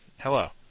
Hello